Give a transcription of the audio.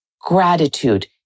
gratitude